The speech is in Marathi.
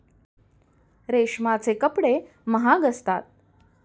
रेशमाचे कपडे महाग असतात